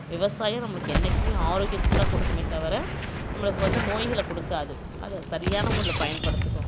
விவசாயம் நம்மளுக்கு என்றைக்குமே ஆரோக்கியத்தைதான் கொடுக்குமே தவிர நம்மளுக்கு வந்து நோய்களை கொடுக்காது அதை சரியான முறையில் பயன்படுத்தணும்